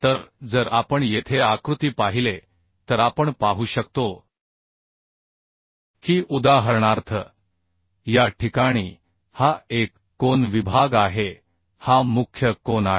तर जर आपण येथे आकृती पाहिले तर आपण पाहू शकतो की उदाहरणार्थ या ठिकाणी हा एक कोन विभाग आहे हा मुख्य कोन आहे